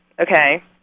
okay